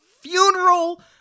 funeral